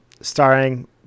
Starring